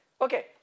Okay